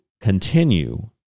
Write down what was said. continue